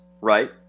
right